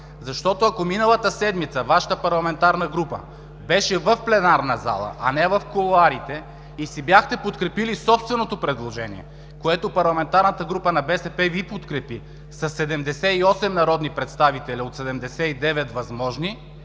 защото ако миналата седмица Вашата парламентарна група беше в пленарната зала, а не в кулоарите и си бяхте подкрепили собственото предложение, което парламентарната група на БСП Ви го подкрепи със 78 народни представители от 79 възможни,